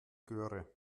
göre